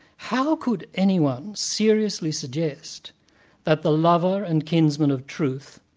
how could anyone seriously suggest that the lover and kinsman of truth,